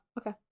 okay